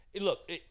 look